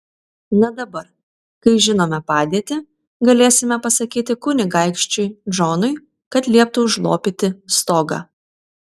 na dabar kai žinome padėtį galėsime pasakyti kunigaikščiui džonui kad lieptų užlopyti stogą